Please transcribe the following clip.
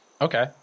Okay